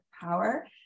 power